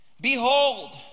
Behold